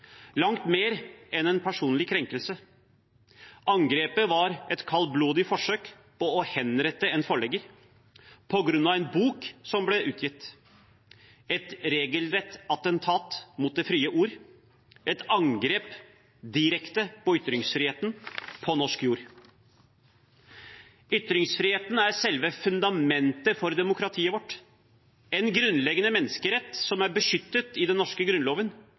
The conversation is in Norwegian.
langt mer enn en personlig krenkelse. Angrepet var et kaldblodig forsøk på å henrette en forlegger på grunn av en bok som ble utgitt. Et regelrett attentat mot det frie ord, et direkte angrep på ytringsfriheten – på norsk jord. Ytringsfriheten er selve fundamentet for demokratiet vårt, en grunnleggende menneskerett som er beskyttet i den norske grunnloven